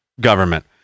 government